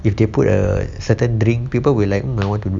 if they put a certain drink people will like will want to